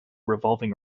revolving